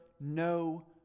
no